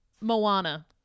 Moana